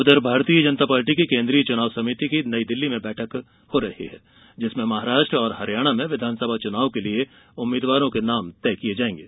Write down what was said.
उधर भारतीय जनता पार्टी की केन्द्रीय चुनाव समिति की नई दिल्ली में बैठक हो रही है जिसमें महाराष्ट्र और हरियाणा में विधानसभा चुनाव के लिए उम्मीदवारों के नाम तय किये जायेंगे